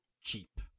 cheap